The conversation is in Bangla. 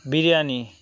বিরিয়ানি